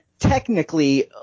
Technically